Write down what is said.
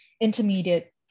intermediate